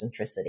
centricity